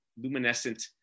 luminescent